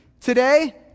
today